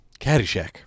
Caddyshack